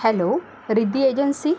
hello Riddhi agency